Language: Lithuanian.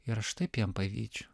ir aš taip jiem pavydžiu